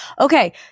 Okay